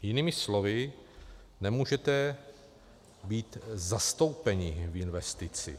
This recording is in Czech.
Jinými slovy, nemůžete být zastoupeni v investici.